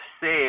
save